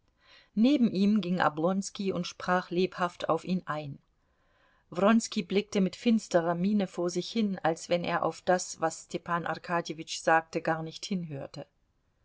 neben ihm ging oblonski und sprach lebhaft auf ihn ein wronski blickte mit finsterer miene vor sich hin als wenn er auf das was stepan arkadjewitsch sagte gar nicht hinhörte